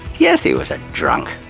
yes, he was a drunk,